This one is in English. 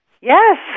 Yes